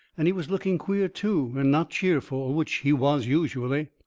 and he was looking queer too, and not cheerful, which he was usually.